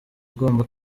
ugomba